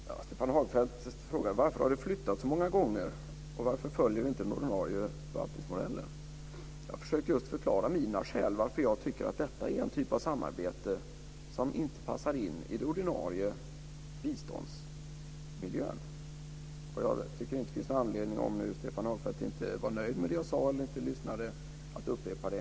Fru talman! Stefan Hagfeldt frågar varför detta har flyttats så många gånger och varför vi inte följer den ordinarie förvaltningsmodellen. Jag försökte just förklara mina skäl till att tycka att detta är en typ av samarbete som inte passar in i den ordinarie biståndsmiljön. Jag tycker inte att det finns någon anledning, om nu Stefan Hagfeldt inte var nöjd med det jag sade eller inte lyssnade, att upprepa det.